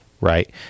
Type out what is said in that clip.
right